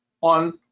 on